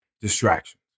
Distraction